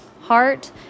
heart